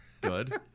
good